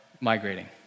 migrating